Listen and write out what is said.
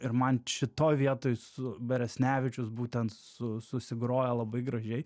ir man šitoj vietoj su beresnevičius būtent su susigroja labai gražiai